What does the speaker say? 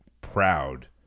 proud